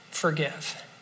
forgive